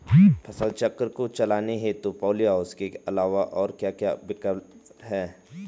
फसल चक्र को चलाने हेतु पॉली हाउस के अलावा और क्या क्या विकल्प हैं?